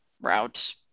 route